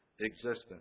existence